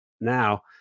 now